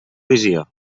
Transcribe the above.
visió